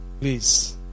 please